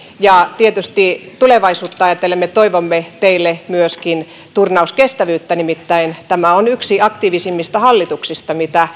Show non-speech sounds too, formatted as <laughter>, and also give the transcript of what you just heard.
ja tietysti tulevaisuutta ajatellen me toivomme teille myöskin turnauskestävyyttä nimittäin tämä on yksi aktiivisimmista hallituksista mitä <unintelligible>